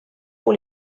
pour